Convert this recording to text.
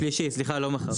שלישי לא מחר.